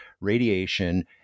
radiation